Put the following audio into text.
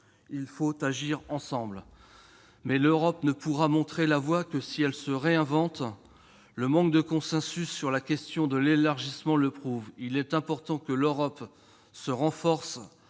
il faut agir, ensemble. Toutefois, l'Europe ne pourra montrer la voie que si elle se réinvente. Le manque de consensus sur la question de l'élargissement le prouve. Il est important que l'Europe se renforce